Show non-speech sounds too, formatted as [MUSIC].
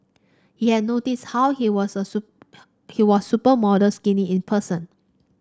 he had noticed how he was super [NOISE] he was supermodel skinny in person